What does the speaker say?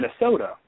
Minnesota